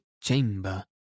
chamber